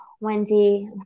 Wendy